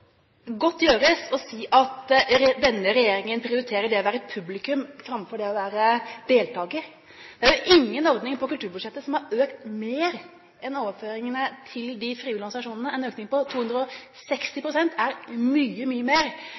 godt gjøres å si at denne regjeringen prioriterer det å være publikum framfor det å være deltaker. Det er jo ingen ordning på kulturbudsjettet som har økt mer enn overføringene til de frivillige organisasjonene. En økning på 260 pst. er mye, mye mer